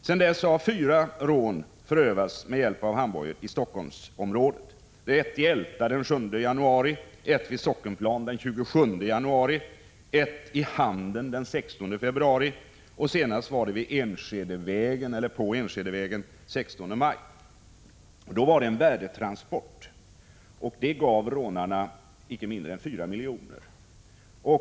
Sedan dess har fyra rån i Helsingforssområdet förövats med hjälp av handbojor — i Älta den 7 januari, vid Sockenplan den 27 januari, i Handen den 16 februari och senast på Enskedevägen den 16 maj. I Enskede var det en värdetransport som blev rånad. Detta rån gav rånarna icke mindre än 4 milj.kr.